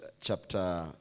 chapter